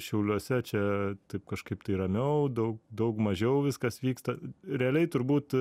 šiauliuose čia taip kažkaip tai ramiau daug daug mažiau viskas vyksta realiai turbūt